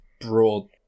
broad